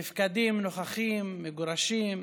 נפקדים-נוכחים, מגורשים.